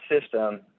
system